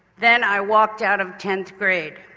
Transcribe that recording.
then i walked out of tenth grade.